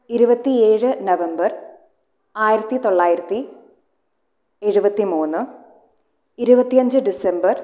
ഇരുപത്തി ഏഴ് നവംബർ ആയിരത്തി തൊള്ളായിരത്തി എഴുപത്തിമൂന്ന് ഇരുപത്തി അഞ്ച് ഡിസംബർ